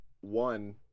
one